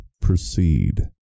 proceed